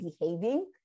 behaving